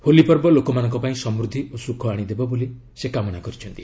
ହୋଲିପର୍ବ ଲୋକମାନଙ୍କ ପାଇଁ ସମୃଦ୍ଧି ଓ ସୁଖ ଆଣିଦେବ ବୋଲି ସେ କାମନା କରିଛନ୍ତି